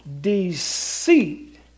deceit